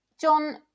John